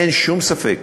אין שום ספק